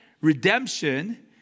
Redemption